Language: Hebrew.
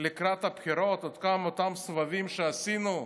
לקראת הבחירות את אותם סבבים שעשינו,